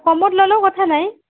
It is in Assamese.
কমত ল'লেও কথা নাই